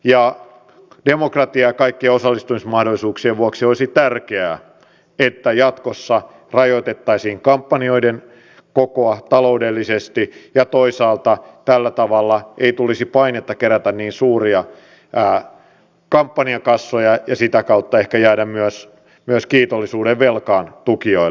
ja demokratian ja kaikkien osallistumismahdollisuuksien vuoksi olisi tärkeää että jatkossa rajoitettaisiin kampanjoiden kokoa taloudellisesti ja toisaalta tällä tavalla ei tulisi painetta kerätä niin suuria kampanjakassoja ja sitä kautta ehkä jäädä myös kiitollisuudenvelkaan tukijoille